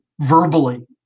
verbally